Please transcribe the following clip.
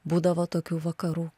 būdavo tokių vakarų